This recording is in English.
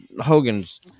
Hogan's